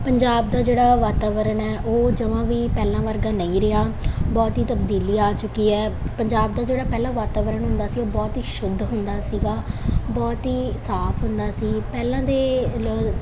ਪੰਜਾਬ ਦਾ ਜਿਹੜਾ ਵਾਤਾਵਰਨ ਹੈ ਉਹ ਜਮਾਂ ਵੀ ਪਹਿਲਾਂ ਵਰਗਾ ਨਹੀਂ ਰਿਹਾ ਬਹੁਤ ਹੀ ਤਬਦੀਲੀ ਆ ਚੁੱਕੀ ਹੈ ਪੰਜਾਬ ਦਾ ਜਿਹੜਾ ਪਹਿਲਾਂ ਵਾਤਾਵਰਨ ਹੁੰਦਾ ਸੀ ਉਹ ਬਹੁਤ ਹੀ ਸ਼ੁੱਧ ਹੁੰਦਾ ਸੀਗਾ ਬਹੁਤ ਹੀ ਸਾਫ ਹੁੰਦਾ ਸੀ ਪਹਿਲਾਂ ਤੇ ਲ